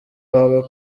wawe